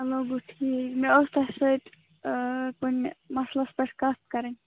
چَلو گوٚو ٹھیٖک مےٚ أسۍ تۅہہِ سۭتۍ کُنہِ مسلَس پٮ۪ٹھ کَتھ کَرٕنۍ